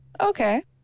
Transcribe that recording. okay